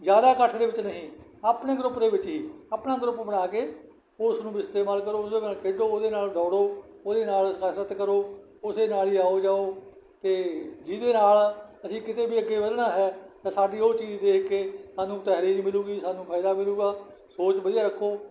ਜ਼ਿਆਦਾ ਇਕੱਠ ਦੇ ਵਿੱਚ ਨਹੀਂ ਆਪਣੇ ਗਰੁੱਪ ਦੇ ਵਿੱਚ ਹੀ ਆਪਣਾ ਗਰੁੱਪ ਬਣਾ ਕੇ ਉਸ ਨੂੰ ਵੀ ਇਸਤੇਮਾਲ ਕਰੋ ਉਹਦੇ ਨਾਲ ਖੇਡੋ ਉਹਦੇ ਨਾਲ ਦੌੜੋ ਉਹਦੇ ਨਾਲ ਕਸਰਤ ਕਰੋ ਉਸ ਨਾਲ ਹੀ ਆਓ ਜਾਓ ਅਤੇ ਜਿਹਦੇ ਨਾਲ ਅਸੀਂ ਕਿਤੇ ਵੀ ਅੱਗੇ ਵਧਣਾ ਹੈ ਤਾਂ ਸਾਡੀ ਉਹ ਚੀਜ਼ ਦੇਖ ਕੇ ਸਾਨੂੰ ਤਰਜ਼ੀਹ ਮਿਲੂਗੀ ਸਾਨੂੰ ਫਾਇਦਾ ਮਿਲੂਗਾ ਸੋਚ ਵਧੀਆ ਰੱਖੋ